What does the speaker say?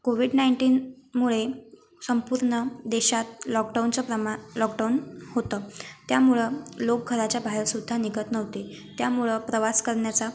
Covid नाइन्टीनमुळे संपूर्ण देशात लॉकडाऊनचं प्रमा लॉकडाऊन होतं त्यामुळं लोक घराच्या बाहेरसुद्धा निघत नव्हते त्यामुळं प्रवास करण्याचा